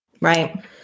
Right